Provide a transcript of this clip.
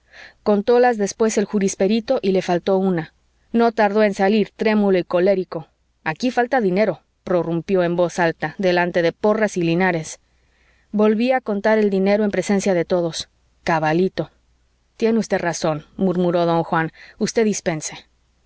contólas después el jurisperito y le faltó una no tardó en salir trémulo y colérico aquí falta dinero prorrumpió en voz alta delante de porras y linares volví a contar el dinero en presencia de todos cabalito tiene usted razón murmuró don juan usted dispense don